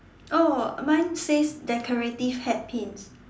oh mine says decorative hat pins